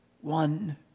one